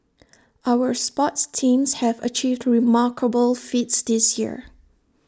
our sports teams have achieved remarkable feats this year